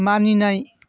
मानिनाय